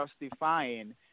justifying